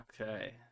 Okay